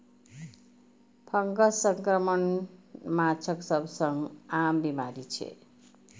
fungus संक्रमण माछक सबसं आम बीमारी छियै